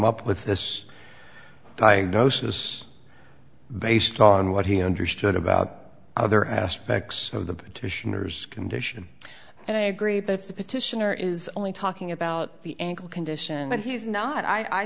up with this diagnosis based on what he understood about other aspects of the petitioner's condition and i agree but if the petitioner is only talking about the ankle condition but he's not i